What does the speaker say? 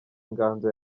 inganzo